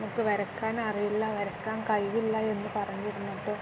എനിക്ക് വരയ്ക്കാനറിയില്ല വരയ്ക്കാൻ കഴിവില്ല എന്നു പറഞ്ഞിരുന്നിട്ട്